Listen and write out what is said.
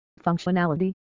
functionality